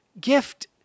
gift